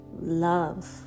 love